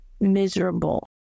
miserable